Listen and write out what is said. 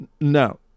No